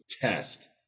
test